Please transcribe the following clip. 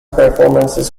performances